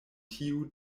tiu